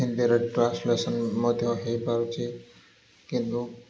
ହିନ୍ଦୀର ଟ୍ରାନ୍ସଲେସନ୍ ମଧ୍ୟ ହେଇପାରୁଛି କିନ୍ତୁ